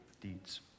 deeds